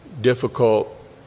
difficult